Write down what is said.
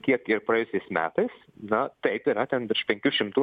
kiek ir praėjusiais metais na taip yra ten virš penkių šimtų